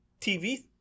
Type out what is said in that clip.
TV